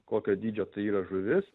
kokio dydžio tai yra žuvis